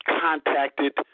contacted